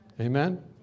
Amen